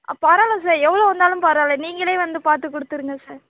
பரவாயில்ல சார் எவ்வளோ வந்தாலும் பரவாயில்ல நீங்களே வந்து பார்த்து கொடுத்துருங்க சார்